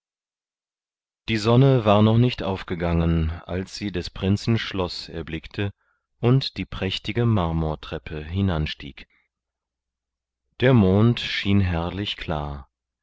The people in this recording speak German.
die sonne war noch nicht aufgegangen als sie des prinzen schloß erblickte und die prächtige marmortreppe hinanstieg der mond schien herrlich klar